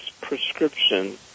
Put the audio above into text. prescription